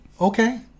Okay